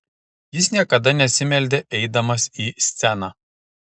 jis niekada nesimeldė eidamas į sceną